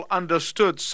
understood